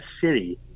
city